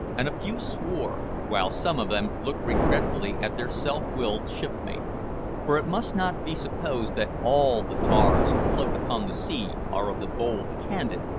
and a few swore, while some of them looked regretfully at their self-willed shipmate for it must not be supposed that all the tars who float upon the sea are of the bold, candid,